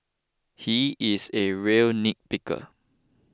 he is a real nitpicker